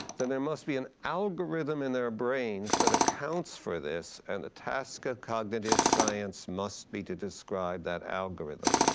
then there must be an algorithm in their brains that accounts for this, and the task of cognitive science must be to describe that algorithm.